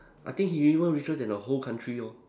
I think he even richer than the whole country lor